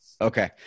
Okay